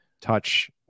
touch